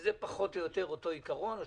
שזה פחות או יותר אותו עיקרון,